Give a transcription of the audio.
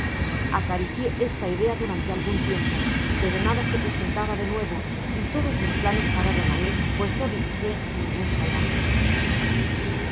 acaricié esta idea durante algun tiempo pero nada se presentaba de nuevo y todos mis planes pararon ahi pues no divisé ningun salvaje